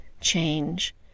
change